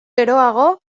geroago